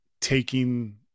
taking